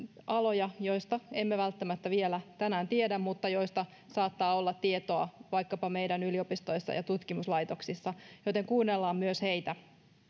aloja joista emme välttämättä vielä tänään tiedä mutta joista saattaa olla tietoa vaikkapa meidän yliopistoissa ja tutkimuslaitoksissa joten kuunnellaan myös heitä